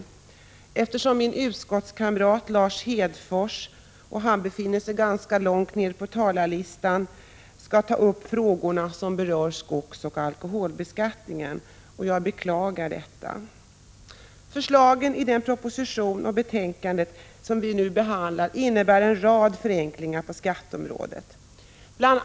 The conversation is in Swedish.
Jag beklagar att min utskottskamrat Lars Hedfors, som skall ta upp de frågor som berör skogsoch alkoholbeskattningen, står långt ned på talarlistan. Förslagen i den proposition och i det betänkande som vi nu behandlar innebär en rad förenklingar på skatteområdet. Bl.